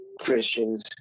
Christians